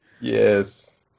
Yes